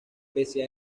pese